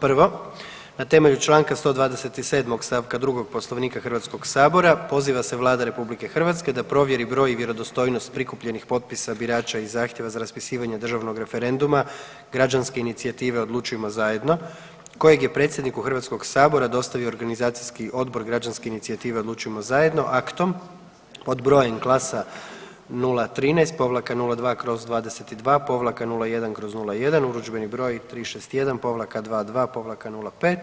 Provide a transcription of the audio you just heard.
Prvo na temelju Članka 127. stavka 2. Poslovnika Hrvatskog sabora poziva se Vlada RH da provjeri broj i vjerodostojnost prikupljenih potpisa birača i zahtjeva za raspisivanje državnog referenduma građanske inicijative Odlučujmo zajedno kojeg je predsjedniku Hrvatskog sabora dostavio organizacijski odbor građanske inicijative Odlučujmo zajedno aktom pod brojem Klasa: 013-02/22-01/01, Urudžbeni broj: 361-22-05